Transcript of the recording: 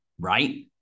right